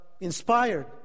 inspired